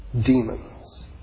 demons